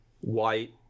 white